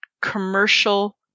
commercial